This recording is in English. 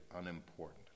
unimportant